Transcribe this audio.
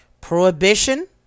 Prohibition